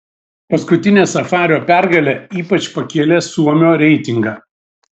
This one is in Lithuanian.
paskutinė safario pergalė ypač pakėlė suomio reitingą